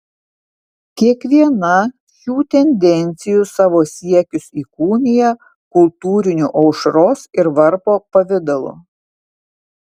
kiekviena šių tendencijų savo siekius įkūnija kultūriniu aušros ir varpo pavidalu